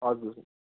हजुर